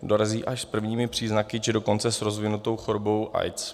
Dorazí až s prvními příznaky, či dokonce s rozvinutou chorobou AIDS.